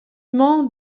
mañ